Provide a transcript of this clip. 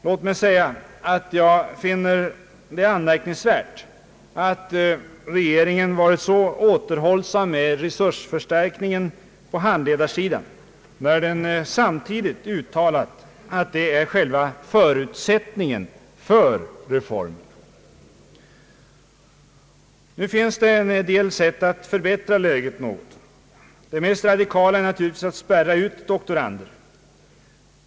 Låt mig säga att jag finner det anmärkningsvärt att regeringen varit så återhållsam med resursförstärkningen på handledarsidan, när den samtidigt uttalat att det är själva förutsättningen för reformen. Nu finns det en del sätt att förbättra läget något. Det mest radikala är naturligtvis att spärra ut doktorander.